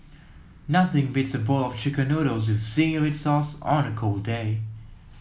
nothing beats a bowl of chicken noodles with zingy red sauce on a cold day